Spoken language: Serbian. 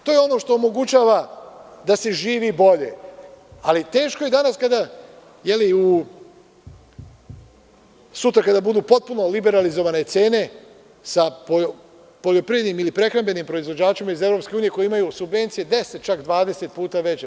To je ono što omogućava da se živi bolje, ali teško je danas, kada sutra budu potpuno liberalizovane cene sa poljoprivrednim ili prehrambenim proizvođačima iz EU, koji imaju subvencije od 10 do 20 puta veće.